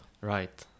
Right